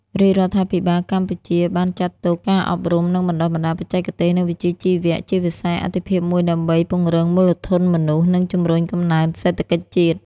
រាជរដ្ឋាភិបាលកម្ពុជាបានចាត់ទុកការអប់រំ និងបណ្តុះបណ្តាលបច្ចេកទេស និងវិជ្ជាជីវៈ ជាវិស័យអាទិភាពមួយដើម្បីពង្រឹងមូលធនមនុស្ស និងជំរុញកំណើនសេដ្ឋកិច្ចជាតិ។